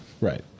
Right